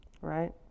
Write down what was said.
right